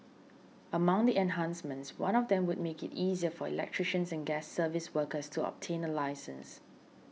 among the enhancements one of them would make it easier for electricians and gas service workers to obtain a licence